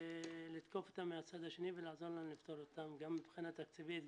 לתקוף אותן מהצד השני ולעזור לנו לפתור אותן גם מבחינה תקציבית.